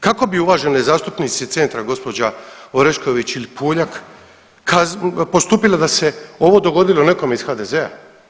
Kako bi uvažene zastupnice Centra gospođa Orešković ili Puljak postupile da se ovo dogodilo nekome iz HDZ-a?